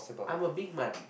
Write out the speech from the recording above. I'm a big man